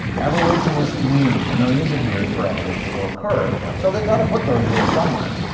evolutionists need millions of years for evolution to occur, yeah so they've got to put those years somewhere.